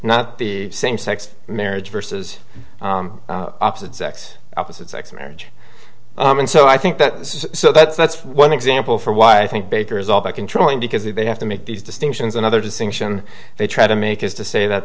not the same sex marriage versus opposite sex opposite sex marriage and so i think that this is so that's one example for why i think baker is all about controlling because he may have to make these distinctions another distinction they try to make is to say that